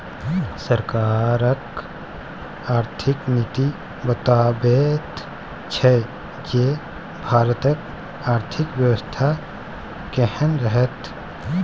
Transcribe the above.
सरकारक आर्थिक नीति बताबैत छै जे भारतक आर्थिक बेबस्था केहन रहत